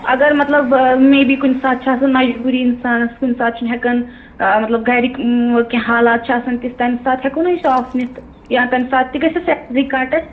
اَگر مطلب مے بی کُنہِ ساتہٕ چھِ آسان مَجبوٗری اِنسانَس کُنہِ ساتہٕ چھُنہٕ ہٮ۪کان مطلب گرِکۍ کیٚنٛہہ حالات چھِ آسان تِژھ تمہِ ساتہٕ ہٮ۪کو نہٕ أسۍ آف نِتھ یا تَمہِ ساتہٕ تہِ گژھیٛا سَیلِرِی کَٹ اَسہِ